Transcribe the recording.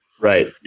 Right